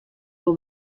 wol